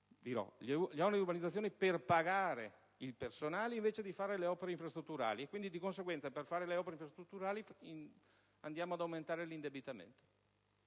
loro gli oneri di urbanizzazione per pagare il personale invece di fare le opere infrastrutturali e, di conseguenza, per fare le opere infrastrutturali andiamo ad aumentare l'indebitamento.